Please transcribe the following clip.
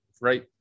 right